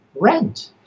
rent